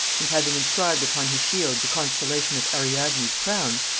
and having inscribed upon his shield the constellation of ariadne's crown,